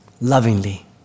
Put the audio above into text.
lovingly